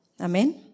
Amen